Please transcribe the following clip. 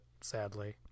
sadly